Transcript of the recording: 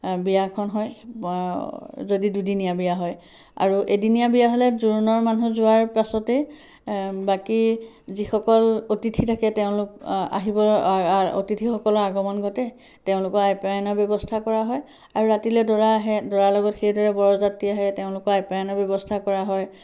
বিয়াখন হয় যদি দুদিনীয়া বিয়া হয় আৰু এদিনীয়া বিয়া হ'লে জোৰোণৰ মানুহ যোৱাৰ পাছতেই বাকী যিসকল অতিথি থাকে তেওঁলোক আহিব অতিথিসকলৰ আগমন ঘটে তেওঁলোকৰ আপ্যায়নৰ ব্যৱস্থা কৰা হয় আৰু ৰাতিলৈদৰা আহে দৰাৰ লগত সেইদৰে বৰযাত্ৰী আহে তেওঁলোকৰ আপ্যায়নৰ ব্যৱস্থা কৰা হয়